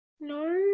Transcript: No